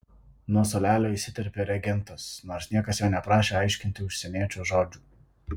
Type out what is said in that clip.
nuo suolelio įsiterpė regentas nors niekas jo neprašė aiškinti užsieniečio žodžių